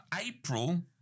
April